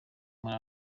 muri